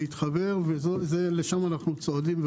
ולשם אנחנו צועדים.